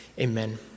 amen